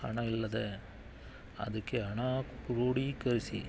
ಹಣ ಇಲ್ಲದೇ ಅದಕ್ಕೆ ಹಣ ಕ್ರೋಢೀಕರಿಸಿ